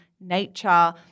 nature